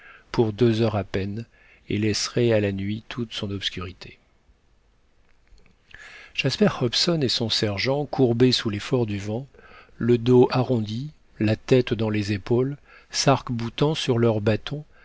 pour deux heures à peine et laisserait à la nuit toute son obscurité jasper hobson et son sergent courbés sous l'effort du vent le dos arrondi la tête dans les épaules sarc boutant sur leurs bâtons